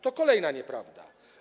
To kolejna nieprawda.